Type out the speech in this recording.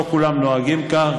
לא כולם נוהגים כך,